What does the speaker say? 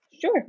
Sure